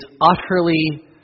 utterly